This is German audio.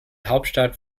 hauptstadt